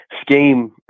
scheme